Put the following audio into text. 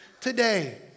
today